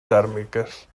tèrmiques